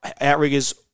outriggers